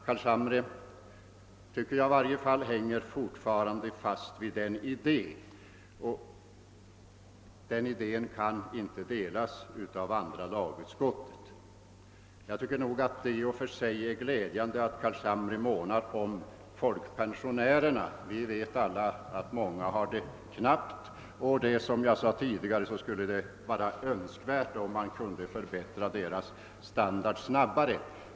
Jag tycker att herr Carlshamre fortfarande hänger fast vid denna idé, vilken dock inte kan delas av andra lagutskottet. I och för sig är det glädjande att herr Carlshamre är mån om folkpensionärerna. Alla vet vi att många av dessa har det knappt. Som jag tidigare sade skulle det vara önskvärt om man kunde förbättra deras standard snabbare.